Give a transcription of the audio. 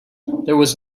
was